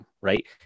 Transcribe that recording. right